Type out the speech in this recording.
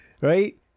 right